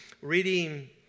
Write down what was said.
reading